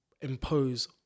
impose